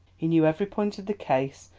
he knew every point of the case,